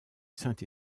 saint